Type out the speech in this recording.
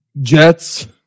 Jets